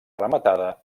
rematada